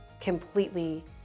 completely